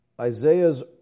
Isaiah's